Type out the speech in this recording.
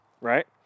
Right